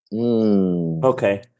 Okay